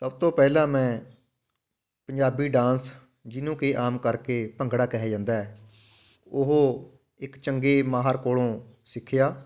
ਸਭ ਤੋਂ ਪਹਿਲਾਂ ਮੈਂ ਪੰਜਾਬੀ ਡਾਂਸ ਜਿਹਨੂੰ ਕਿ ਆਮ ਕਰਕੇ ਭੰਗੜਾ ਕਿਹਾ ਜਾਂਦਾ ਹੈ ਉਹ ਇੱਕ ਚੰਗੇ ਮਾਹਰ ਕੋਲੋਂ ਸਿੱਖਿਆ